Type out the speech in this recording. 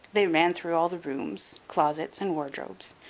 they ran through all the rooms, closets, and wardrobes,